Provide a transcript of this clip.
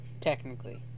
technically